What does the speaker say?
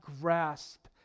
grasp